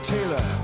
Taylor